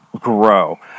grow